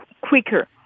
quicker